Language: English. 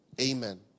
amen